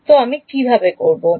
তো আমি কীভাবে করব